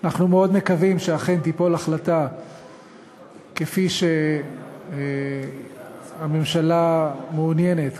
אנחנו מאוד מקווים שאכן תיפול החלטה כפי שהממשלה מעוניינת,